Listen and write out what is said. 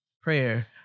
prayer